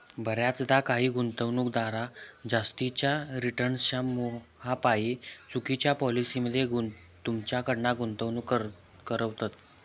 बऱ्याचदा काही गुंतवणूकदार जास्तीच्या रिटर्न्सच्या मोहापायी चुकिच्या पॉलिसी मध्ये तुमच्याकडना गुंतवणूक करवतत